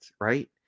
right